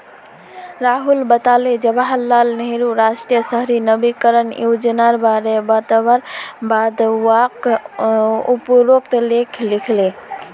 राहुल बताले जवाहर लाल नेहरूर राष्ट्रीय शहरी नवीकरण योजनार बारे बतवार बाद वाक उपरोत लेख लिखले